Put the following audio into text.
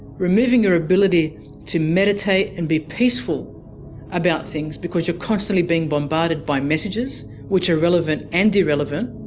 removing your ability to meditate and be peaceful about things because you're constantly being bombarded by messages, which are relevant and irrelevant,